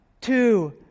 two